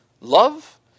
love